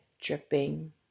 dripping